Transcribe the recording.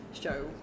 show